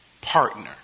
partner